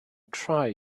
try